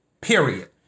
period